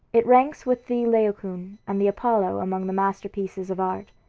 it ranks with the laocoon and the apollo among the masterpieces of art.